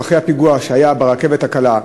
אחרי הפיגוע שהיה ברכבת הקלה,